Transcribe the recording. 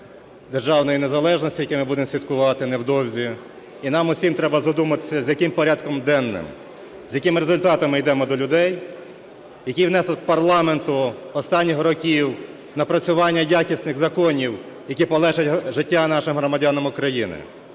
державної незалежності, яке ми будемо святкувати невдовзі. І нам усім треба задуматись, з яким порядком денним, з якими результатами йдемо до людей, який внесок парламенту останніх років, напрацювання якісних законів, які полегшать життя нашим громадянам України.